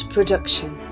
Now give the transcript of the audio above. Production